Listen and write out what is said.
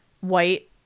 white